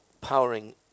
powering